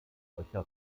solcher